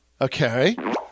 Okay